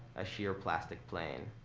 a sheer plastic plane,